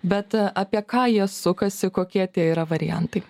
bet apie ką jie sukasi kokie tie yra variantai